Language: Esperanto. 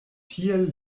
tiel